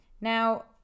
now